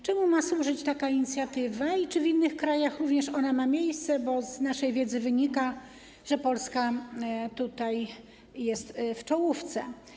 Czemu ma służyć taka inicjatywa i czy w innych krajach ona również ma miejsce, bo z naszej wiedzy wynika, że Polska jest tutaj w czołówce?